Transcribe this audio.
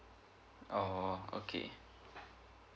orh okay